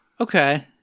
Okay